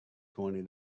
twenty